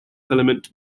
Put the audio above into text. filament